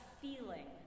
feeling